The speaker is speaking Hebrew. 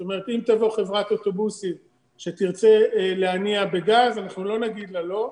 זאת אומרת אם תבוא חברת אוטובוסים שתרצה להניע בגז אנחנו לא נגיד לה לא,